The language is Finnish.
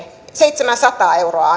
seitsemänsataa euroa